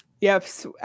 Yes